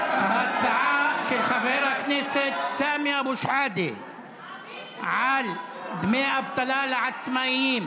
ההצעה של חבר הכנסת סמי אבו שחאדה על דמי אבטלה לעצמאים